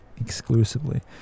Exclusively